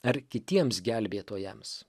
ar kitiems gelbėtojams